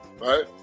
right